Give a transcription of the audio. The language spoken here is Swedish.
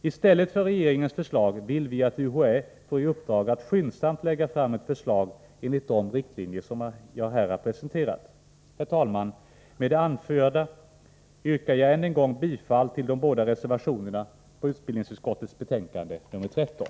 I stället för regeringens förslag vill vi därför att UHÄ får i uppdrag att skyndsamt lägga fram ett förslag enligt de riktlinjer som jag här har presenterat. Herr talman! Med det anförda yrkar jag än en gång bifall till de båda reservationerna i utbildningsutskottets betänkande nr 13.